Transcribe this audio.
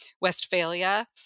Westphalia